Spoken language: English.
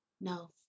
No